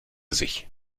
sich